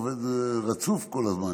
עובד רצוף כל הזמן,